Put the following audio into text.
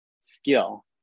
skill